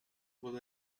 would